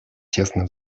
тесно